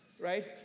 right